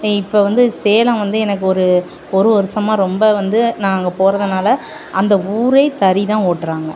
இப்போ வந்து சேலம் வந்து எனக்கு ஒரு ஒரு வருடமா ரொம்ப வந்து நான் அங்கே போகிறதுனால அந்த ஊர் தறிதான் ஓட்டுறாங்க